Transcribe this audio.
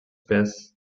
pés